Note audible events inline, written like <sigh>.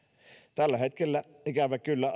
tällä hetkellä ikävä kyllä <unintelligible>